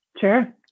Sure